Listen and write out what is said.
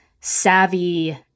savvy